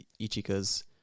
Ichikas